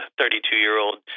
32-year-old